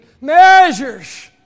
measures